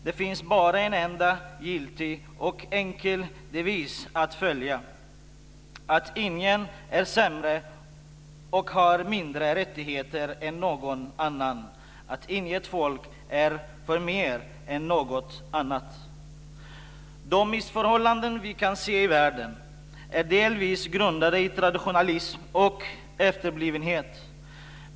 Det finns bara en enda giltig och enkel devis att följa: att ingen är sämre och har mindre rättigheter än någon annan - att inget folk är förmer än något annat. De missförhållanden vi kan se i världen är delvis grundade i traditionalism och efterblivenhet.